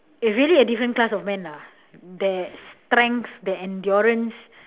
eh really a different class of man lah that strength that endurance